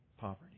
poverty